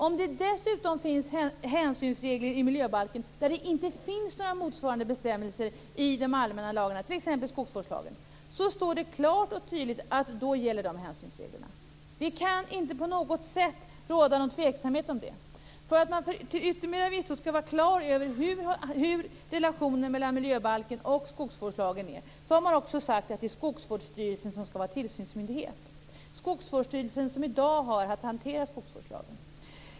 Om det dessutom finns hänsynsregler i miljöbalken där det inte finns några motsvarande bestämmelser i de allmänna lagarna, t.ex. skogsvårdslagen, står det klart och tydligt att då gäller de hänsynsreglerna. Det kan inte på något sätt råda någon tveksamhet om det. För att man till yttermera visso skall vara klar över hur relationen mellan miljöbalken och skogsvårdslagen är har man också sagt att det är Skogsvårdsstyrelsen som skall vara tillsynsmyndighet. Det är Skogsvårdsstyrelsen som i dag har att hantera skogsvårdslagen.